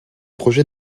projet